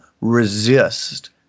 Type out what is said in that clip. resist